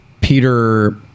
Peter